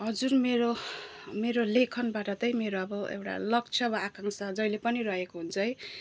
हजुर मेरो मेरो लेखनबाट त मेरो एउटा लक्ष्य वा आकाङ्क्षा जहिले पनि रहेको हुन्छ है